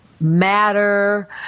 Matter